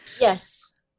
Yes